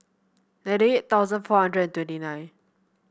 ninety eight thousand four hundred and twenty nine